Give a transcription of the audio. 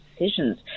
decisions